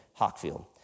Hockfield